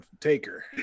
Taker